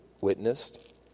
witnessed